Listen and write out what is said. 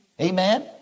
Amen